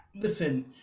listen